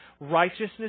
Righteousness